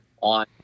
on